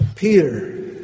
Peter